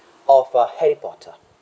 of uh harry potter